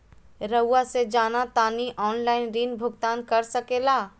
रहुआ से जाना तानी ऑनलाइन ऋण भुगतान कर सके ला?